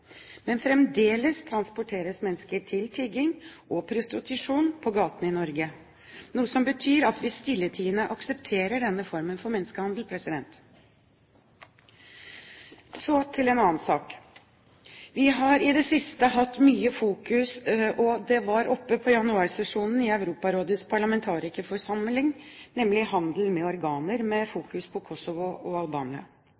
Men fremdeles transporteres mennesker til tigging og prostitusjon på gatene i Norge, noe som betyr at vi stilltiende aksepterer denne formen for menneskehandel. Så til en annen sak: Vi har nemlig i det siste hatt mye fokus på – og det var oppe i januarsesjonen i Europarådets parlamentarikerforsamling – handel med organer, med